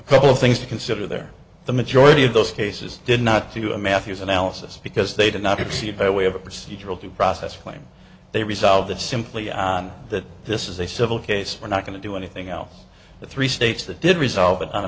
a couple of things to consider there the majority of those cases did not to a matthew's analysis because they did not proceed by way of a procedural due process claim they resolved that simply on that this is a civil case we're not going to do anything else the three states that did resolve it on a